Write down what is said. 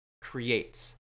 creates